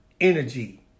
Energy